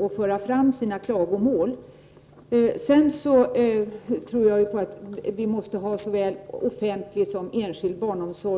och föra fram sina klagomål. Sedan tror jag att vi måste ha såväl offentlig som enskild barnomsorg.